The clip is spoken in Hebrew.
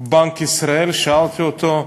בנק ישראל ושאלתי אותו: